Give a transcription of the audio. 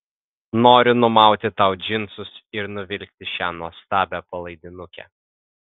noriu numauti tau džinsus ir nuvilkti šią nuostabią palaidinukę